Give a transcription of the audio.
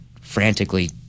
frantically